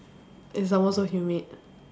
and some more so humid